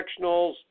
Directionals